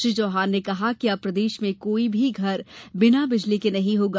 श्री चौहान ने कहा कि अब प्रदेश में कोई भी घर बिना बिजली के नहीं होगा